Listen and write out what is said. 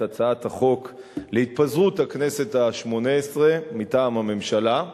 הצעת החוק להתפזרות הכנסת השמונה-עשרה מטעם הממשלה.